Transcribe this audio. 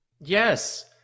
yes